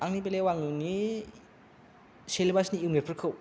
आंनि बेलायाव आंनि सेलेबासनि इउनिटफोरखौ